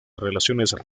relaciones